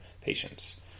patients